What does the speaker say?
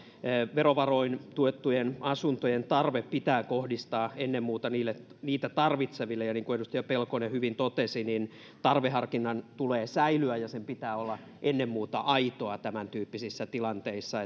verovaroin tuettujen asuntojen tarve pitää kohdistaa ennen muuta niitä tarvitseville niin kuin edustaja pelkonen hyvin totesi tarveharkinnan tulee säilyä ja sen pitää olla ennen muuta aitoa tämäntyyppisissä tilanteissa